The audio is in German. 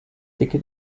dicke